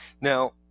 Now